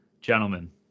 Gentlemen